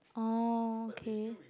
oh okay